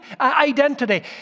identity